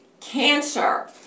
cancer